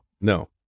no